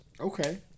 Okay